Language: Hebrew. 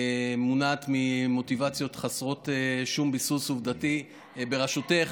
מונעת ממוטיבציות חסרות ביסוס עובדתי, בראשותך.